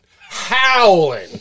howling